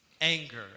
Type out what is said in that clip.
anger